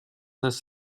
has